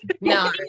No